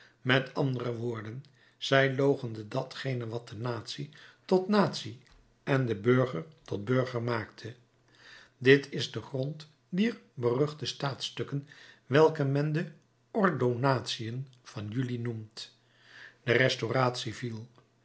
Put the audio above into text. met andere woorden zij loochende datgene wat de natie tot natie en den burger tot burger maakte dit is de grond dier beruchte staatsstukken welke men de ordonnantiën van juli noemt de restauratie viel